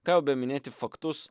ką jau beminėti faktus